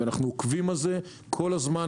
ואנחנו עוקבים אחרי זה כל הזמן.